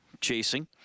chasing